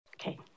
Okay